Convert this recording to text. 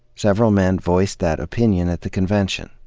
several men voiced that opinion at the convention.